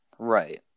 Right